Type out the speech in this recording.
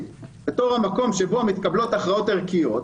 בלקיחת המקום שבו מתקבלות ההחלטות הערכיות,